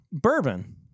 Bourbon